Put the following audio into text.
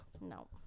No